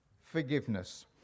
forgiveness